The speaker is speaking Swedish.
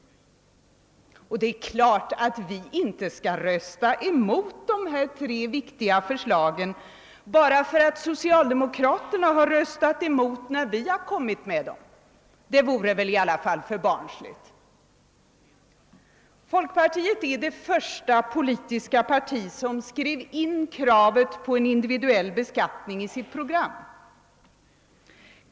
Det är klart att vi inte skall rösta emot de här tre viktiga förslagen bara därför att socialdemokraterna har röstat emot dem när vi har fört fram dem — det vore väl ändå alltför barnsligt. Folkpartiet är det första politiska parti som skrivit in kravet på en individuell beskattning i sitt program.